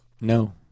No